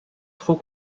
trop